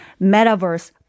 metaverse